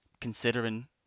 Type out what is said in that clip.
considering